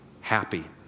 happy